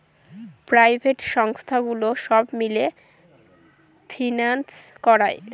private সংস্থাগুলো সব মিলে ফিন্যান্স করায়